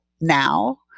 now